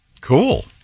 Cool